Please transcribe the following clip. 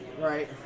right